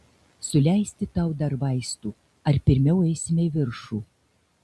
suleisti tau dar vaistų ar pirmiau eisime į viršų